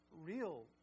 real